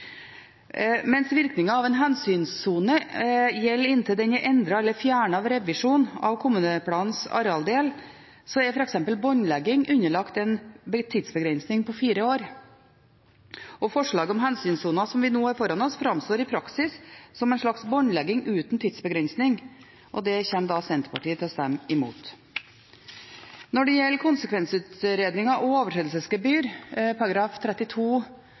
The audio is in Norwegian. Mens virkningene av en hensynssone gjelder inntil den er endret eller fjernet av revisjonen av kommuneplanens arealdel, er f.eks. båndlegging underlagt en tidsbegrensning på fire år, og forslaget om hensynssoner, som vi nå har foran oss, framstår i praksis som en slags båndlegging uten tidsbegrensning, og det kommer Senterpartiet til å stemme imot. Når det gjelder konsekvensutredninger og overtredelsesgebyr,